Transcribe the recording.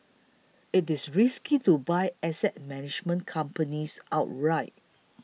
it is risky to buy asset management companies outright